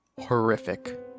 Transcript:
horrific